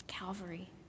Calvary